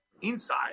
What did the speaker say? inside